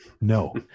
no